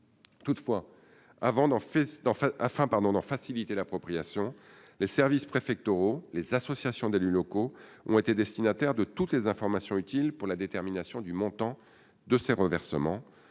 Toutefois, afin d'en faciliter l'appropriation, les services préfectoraux et les associations d'élus locaux ont été destinataires de toutes les informations utiles pour la détermination du montant de ces reversements.